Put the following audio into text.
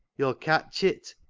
yo'll catch it,